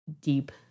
deep